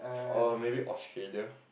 or maybe Australia